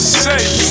safe